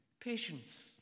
patience